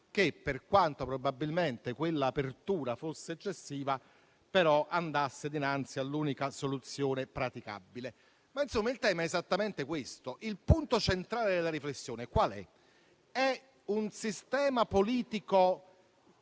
che, per quanto probabilmente quell'apertura fosse eccessiva, andasse però dinanzi all'unica soluzione praticabile. Insomma, il tema è esattamente questo. Il punto centrale della riflessione qual è? È un sistema politico